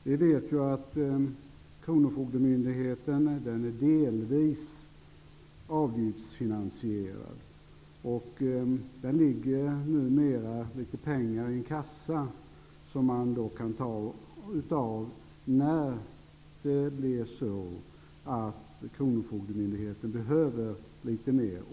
Vi vet ju att Kronofogdemyndigheten delvis är avgiftsfinansierad. Det ligger numera litet pengar i en kassa som Kronofogdemyndigheten kan ta av när man behöver.